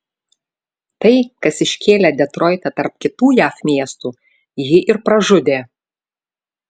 tai kas iškėlė detroitą tarp kitų jav miestų jį ir pražudė